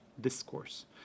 discourse